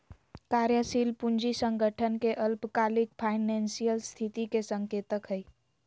कार्यशील पूंजी संगठन के अल्पकालिक फाइनेंशियल स्थिति के संकेतक हइ